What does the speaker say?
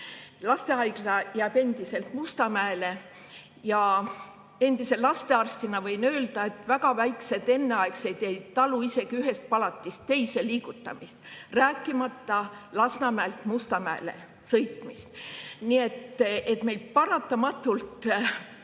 Lastehaigla jääb endiselt Mustamäele. Endise lastearstina võin öelda, et väga väikesed enneaegsed ei talu isegi ühest palatist teise liigutamist, rääkimata Lasnamäelt Mustamäele sõitmist. Nii et paratamatult,